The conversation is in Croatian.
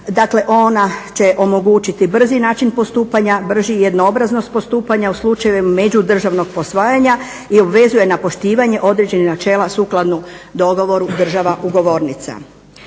Dakle, ona će omogućiti brzi način postupanja, brži jednoobraznost postupanja u slučajevima međudržavnog posvajanja i obvezuje na poštivanje određenih načela sukladno dogovoru država ugovornica.